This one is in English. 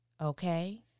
Okay